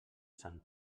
sant